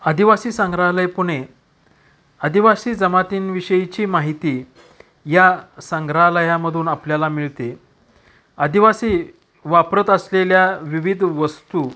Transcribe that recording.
आदिवासी संग्रहालय पुणे आदिवासी जमातींविषयीची माहिती या संग्रहालयामधून आपल्याला मिळते आदिवासी वापरत असलेल्या विविध वस्तू